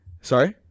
sorry